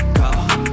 go